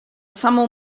samą